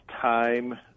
time